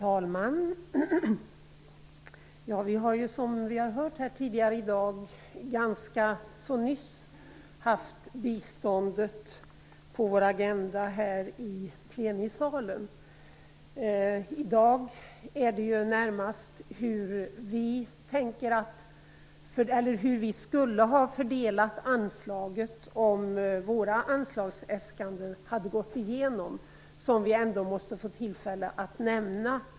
Herr talman! Som vi har hört tidigare i dag har vi ganska så nyss haft biståndet på vår agenda i plenisalen. I dag handlar det närmast om hur vi skulle ha fördelat anslaget om våra anslagsäskanden hade gått igenom. Det måste vi ändå få tillfälle att nämna.